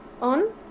on